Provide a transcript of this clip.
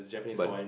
bun